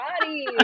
body